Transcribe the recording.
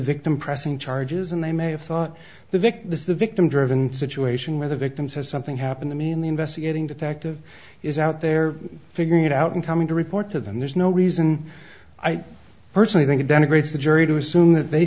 victim pressing charges and they may have thought the victim is the victim driven situation where the victim says something happened to me in the investigating detective is out there figuring it out and coming to report to them there's no reason i personally think it denigrates the jury to assume that they